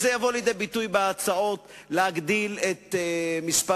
זה יבוא לידי ביטוי בהצעות להגדיל את מספר